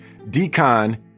Decon